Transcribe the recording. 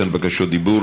אין בקשות דיבור.